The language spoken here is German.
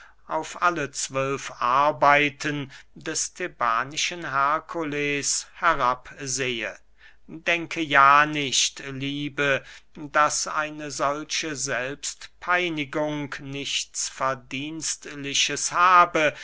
auf alle zwölf arbeiten des thebanischen herkules herabsehe denke ja nicht liebe daß eine solche selbstpeinigung nichts verdienstliches habe